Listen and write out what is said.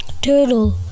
turtle